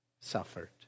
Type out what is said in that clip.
suffered